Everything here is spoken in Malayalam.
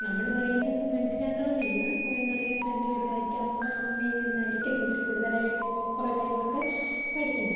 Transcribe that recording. നമ്മൾ പറയുന്നത് അവർ മനസ്സിലാക്കണം എന്നില്ല കുറെ നാൾ ഇങ്ങനെ കണ്ടുകണ്ടായിരിക്കും അമ്മ അമ്മയിൽനിന്നായിരിക്കും കുട്ടി കൂടുതലായി ഇപ്പോൾ കുറെ കാര്യങ്ങളൊക്കെ പഠിക്കുന്നത്